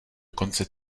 konce